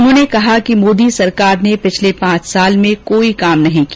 उन्होंने कहा कि मोदी सरकार ने पिछले पांच साल में कोई काम नहीं किया